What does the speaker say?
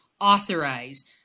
authorize